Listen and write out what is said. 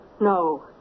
no